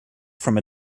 from